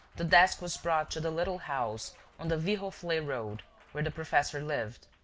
the desk was brought to the little house on the viroflay road where the professor lived.